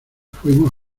fuimos